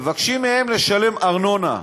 מבקשים מהם לשלם ארנונה.